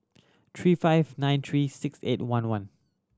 three five nine three six eight one one